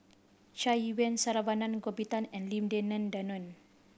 Chai Yee Wei Saravanan Gopinathan and Lim Denan Denon